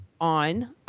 on